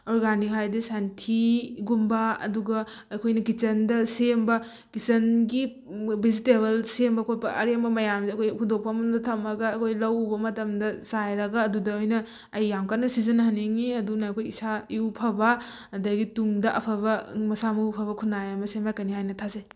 organic ꯍꯥꯏꯗꯤ ꯁꯟꯊꯤꯒꯨꯝꯕ ꯑꯗꯨꯒ ꯑꯩꯈꯣꯏꯅ ꯀꯤꯠꯆꯟꯗ ꯁꯦꯝꯕ ꯀꯤꯠꯆꯟꯒꯤ ꯚꯤꯖꯤꯇꯦꯕꯜ ꯁꯦꯝꯕ ꯈꯣꯠꯄ ꯑꯔꯦꯝꯕ ꯃꯌꯥꯝꯁꯦ ꯑꯩꯈꯣꯏ ꯍꯨꯟꯗꯣꯛꯐꯝꯗ ꯊꯝꯃꯒ ꯑꯩꯈꯣꯏ ꯂꯧ ꯎꯕ ꯃꯇꯝꯗ ꯆꯥꯏꯔꯒ ꯑꯗꯨꯗ ꯑꯣꯏꯅ ꯑꯩ ꯌꯥꯝ ꯀꯟꯅ ꯁꯤꯖꯤꯟꯅꯍꯟꯅꯤꯡꯉꯤ ꯑꯗꯨꯅ ꯑꯩꯈꯣꯏ ꯏꯁꯥ ꯏꯎ ꯐꯕ ꯑꯗꯒꯤ ꯇꯨꯡꯗ ꯑꯐꯕ ꯃꯁꯥ ꯃꯎ ꯐꯕ ꯈꯨꯟꯅꯥꯏ ꯑꯃ ꯁꯦꯝꯂꯛꯀꯅꯤ ꯍꯥꯏꯅ ꯊꯥꯖꯩ